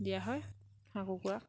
দিয়া হয় হাঁহ কুকুৰাক